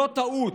זו טעות.